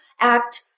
act